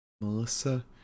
Melissa